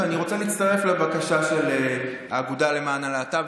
ואני רוצה להצטרף לבקשה של האגודה למען הלהט"ב,